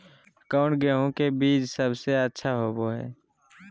कौन गेंहू के बीज सबेसे अच्छा होबो हाय?